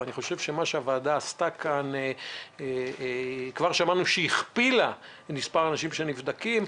ואני חושב שהוועדה כבר הכפילה את מספר האנשים שנבדקים,